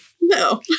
No